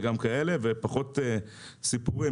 ופחות סיפורים.